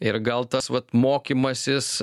ir gal tas vat mokymasis